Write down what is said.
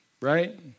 right